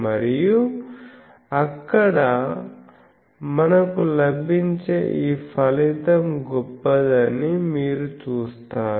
మరియు మనకు లభించే ఈ ఫలితం గొప్పదని మీరు చూస్తారు